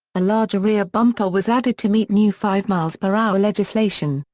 a larger rear bumper was added to meet new five mph legislation,